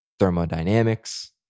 Thermodynamics